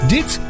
Dit